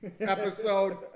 episode